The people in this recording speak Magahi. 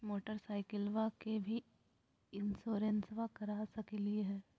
मोटरसाइकिलबा के भी इंसोरेंसबा करा सकलीय है?